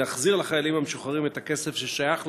ולהחזיר לחיילים המשוחררים את הכסף ששייך להם.